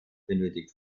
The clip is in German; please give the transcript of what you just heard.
benötigt